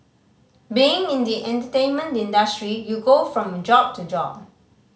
being in the entertainment industry you go from job to job